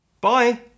Bye